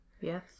Yes